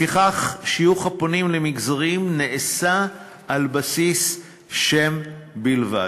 לפיכך, שיוך הפונים למגזרים נעשה על בסיס שם בלבד,